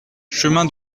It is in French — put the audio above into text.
chemin